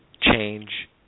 change